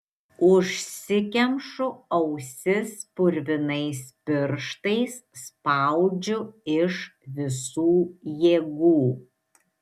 užsikemšu ausis purvinais pirštais spaudžiu iš visų jėgų